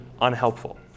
unhelpful